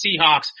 Seahawks